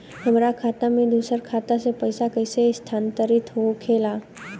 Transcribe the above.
हमार खाता में दूसर खाता से पइसा कइसे स्थानांतरित होखे ला?